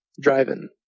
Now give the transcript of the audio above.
Driving